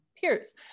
peers